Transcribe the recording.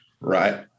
right